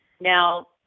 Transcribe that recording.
now